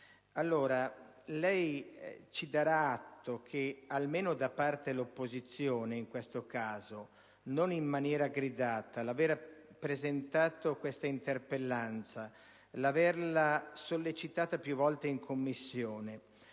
ci darà atto che almeno da parte dell'opposizioni in questo caso, non in maniera gridata, l'aver presentato questa interrogazione, l'averla sollecitata più volte in Commissione,